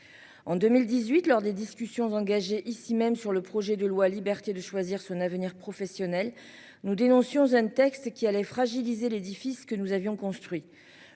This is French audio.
En 2018, lors des discussions engagées ici même sur le projet de loi. Liberté de choisir son avenir professionnel. Nous dénoncions un texte qui allait fragiliser l'édifice que nous avions construit